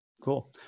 Cool